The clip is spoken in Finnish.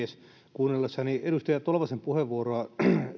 kuunnellessani edustaja tolvasen puheenvuoroa